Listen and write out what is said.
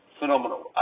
phenomenal